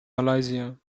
malaysia